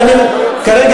כרגע,